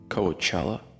Coachella